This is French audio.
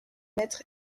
mètre